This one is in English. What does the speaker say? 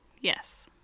Yes